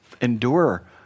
endure